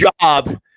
job